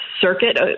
Circuit